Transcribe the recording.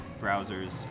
browsers